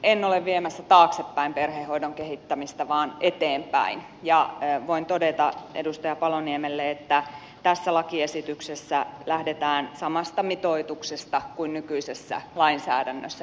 en ole viemässä taaksepäin perhehoidon kehittämistä vaan eteenpäin ja voin todeta edustaja paloniemelle että tässä lakiesityksessä lähdetään samasta mitoituksesta kuin nykyisessä lainsäädännössä